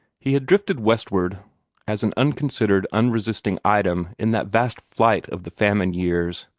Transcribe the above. he had drifted westward as an unconsidered, unresisting item in that vast flight of the famine years.